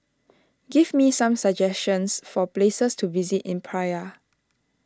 give me some suggestions for places to visit in Praia